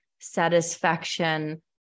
satisfaction